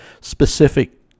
specific